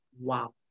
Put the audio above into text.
wow